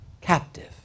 captive